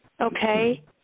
Okay